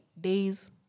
days